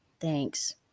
thanks